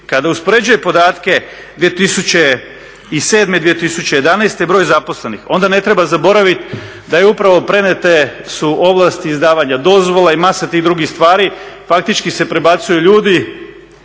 kada uspoređuje podatke 2007. – 2011., broj zaposlenih onda ne treba zaboraviti da je upravo prenijete su ovlasti izdavanja dozvola i masa tih drugih stvari, faktički se prebacuju ljudi,